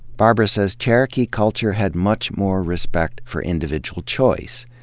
barbara says cherokee culture had much more respect for individual choice.